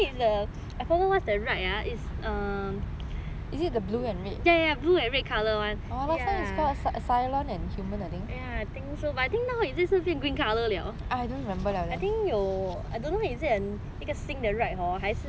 ya ya blue and red colour one I think so but I think nowadays 已经变 green colour 了 I think 有 I don't know is it 新的 ride hor 还是他们 err 放个 new